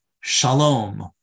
shalom